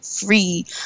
free